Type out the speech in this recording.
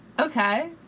Okay